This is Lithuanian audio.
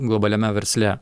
globaliame versle